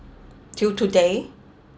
till today